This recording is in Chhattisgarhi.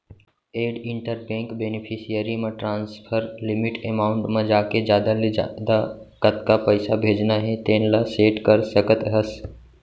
एड इंटर बेंक बेनिफिसियरी म ट्रांसफर लिमिट एमाउंट म जाके जादा ले जादा कतका पइसा भेजना हे तेन ल सेट कर सकत हस